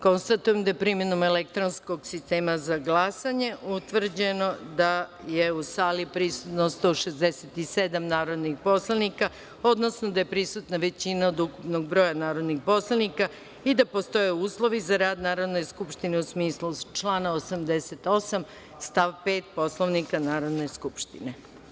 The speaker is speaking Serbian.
Konstatujem da je, primenom elektronskog sistema za glasanje, utvrđeno da je u sali prisutno 167 narodnih poslanika, odnosno da je prisutna većina od ukupnog broja narodnih poslanika i da postoje uslovi za rad Narodne skupštine u smislu člana 88. stav 5. Poslovnika Narodne skupštine.